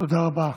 תודה רבה